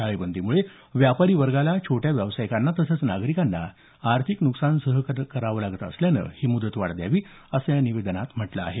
टाळेबंदीमुळे व्यापारी वर्गाला छोट्या व्यवसायिकांना तसंच नागरीकांना आर्थिक नुकसान सहन करावं लागलं असल्यानं ही मुदतवाढ द्यावी असं या निवेदनात म्हटलं आहे